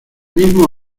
mismo